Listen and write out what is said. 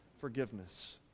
forgiveness